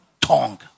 tongue